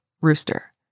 rooster